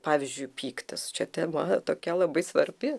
pavyzdžiui pyktis čia tema tokia labai svarbi